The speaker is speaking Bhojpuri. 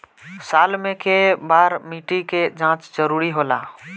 साल में केय बार मिट्टी के जाँच जरूरी होला?